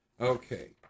Okay